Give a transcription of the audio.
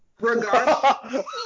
Regardless